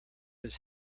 his